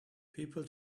people